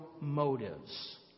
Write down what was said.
motives